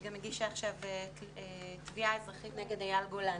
שגם הגישה עכשיו תביעה אזרחית נגד אייל גולן.